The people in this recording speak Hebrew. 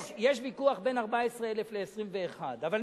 יש ויכוח בין 14,000 ל-21,000 שקל,